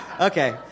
Okay